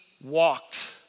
walked